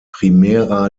primera